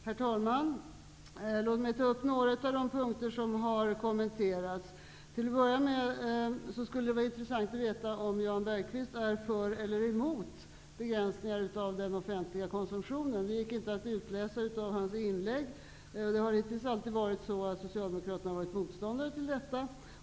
Herr talman! Låt mig ta upp några av de punkter som har kommenterats här. Det skulle, till att börja med, vara intressant att få veta om Jan Bergqvist är för eller emot en begränsning av den offentliga konsumtionen. Det gick inte att utläsa av hans inlägg. Hittills har Socialdemokraterna varit motståndare till detta.